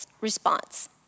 response